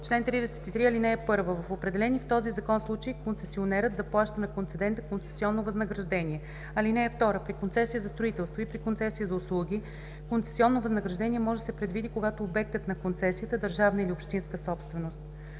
„Чл. 33. (1) В определени с този закон случаи концесионерът заплаща на концедента концесионно възнаграждение. (2) При концесия за строителство и при концесия за услуги концесионно възнаграждение може да се предвиди, когато обектът на концесията е държавна или общинска собственост.